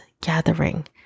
gathering